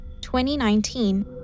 2019